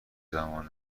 زمان